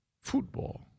Football